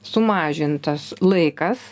sumažintas laikas